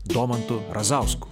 domantu razausku